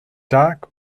dark